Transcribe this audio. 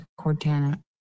Cortana